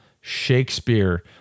Shakespeare